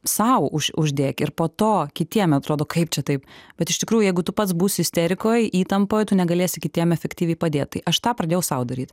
sau už uždėk ir po to kitiem atrodo kaip čia taip bet iš tikrųjų jeigu tu pats būsi isterikoj įtampoj tu negalėsi kitiem efektyviai padėt tai aš tą pradėjau sau daryt